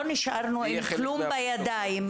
לא נשארנו עם כלום בידיים.